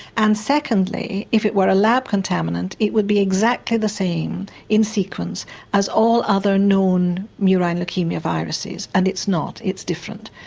and secondly if it were a lab contaminant it would be exactly the same in sequence as all other known murine leukaemia viruses and it's not it's different.